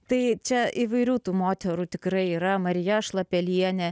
tai čia įvairių tų moterų tikrai yra marija šlapelienė